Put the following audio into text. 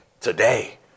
today